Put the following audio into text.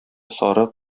сарык